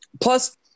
Plus